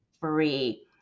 free